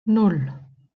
nan